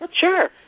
sure